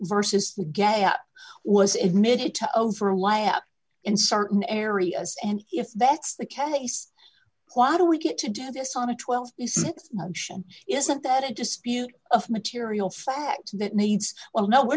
versus the guess was admitted to overlap in certain areas and if that's the case why do we get to do this on a twelve isn't that a dispute of material fact that needs well no we're